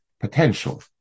Potential